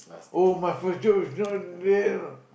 oh my future is not real